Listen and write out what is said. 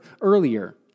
earlier